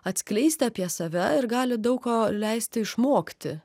atskleisti apie save ir gali daug ko leisti išmokti